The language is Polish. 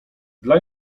dla